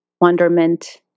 Wonderment